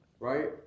Right